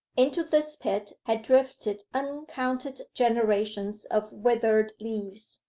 into this pit had drifted uncounted generations of withered leaves,